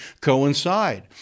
coincide